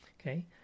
okay